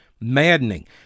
maddening